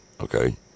okay